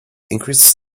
increases